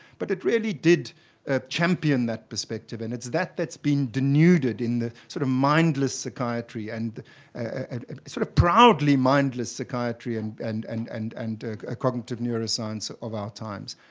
but it really did ah champion that perspective, and it's that that's been denuded in the sort of mindless psychiatry and and sort of proudly mindless psychiatry and and and and and ah cognitive neuroscience of our times.